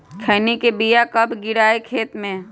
खैनी के बिया कब गिराइये खेत मे?